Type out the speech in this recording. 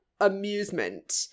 amusement